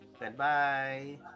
Goodbye